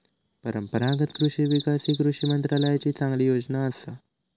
परंपरागत कृषि विकास ही कृषी मंत्रालयाची चांगली योजना असा